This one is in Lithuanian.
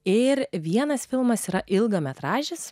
ir vienas filmas yra ilgametražis